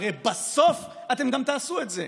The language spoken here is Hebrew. הרי בסוף אתם גם תעשו את זה.